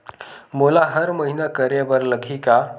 मोला हर महीना करे बर लगही का?